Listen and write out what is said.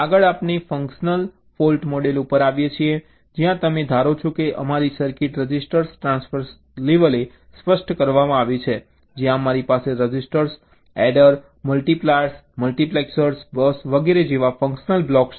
આગળ આપણે functional fault model ઉપર આવીએ જ્યાં તમે ધારો છો કે અમારી સર્કિટ રજિસ્ટર ટ્રાન્સફર લેવલે સ્પષ્ટ કરવામાં આવી છે જ્યાં અમારી પાસે register adder multipliers multiplexers bus વગેરે જેવા ફંક્શનલ બ્લોક્સ છે